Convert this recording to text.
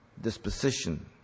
disposition